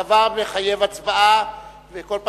הדבר מחייב הצבעה,